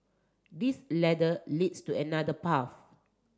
this ladder leads to another path